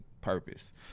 purpose